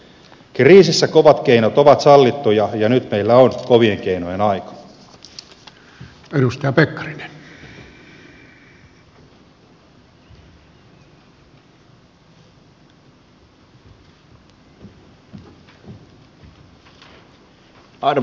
kriisissä kovat keinot ovat sallittuja ja nyt meillä on kovien keinojen aika